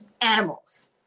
Animals